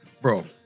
Bro